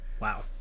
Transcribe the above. Wow